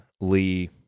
Lee